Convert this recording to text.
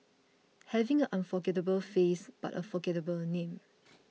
having an unforgettable face but a forgettable name